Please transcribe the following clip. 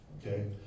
Okay